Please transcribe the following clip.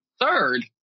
Third